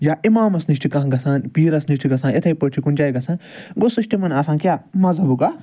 یا امامَس نِش چھ کانٛہہ گَژھان پیٖرَس نِش چھ گَژھان اِتھے پٲٹھۍ چھ کُنہ جایہِ گَژھان گوٚو سُہ چھُ تِمَن آسان کیاہ مَذہَبُک اکھ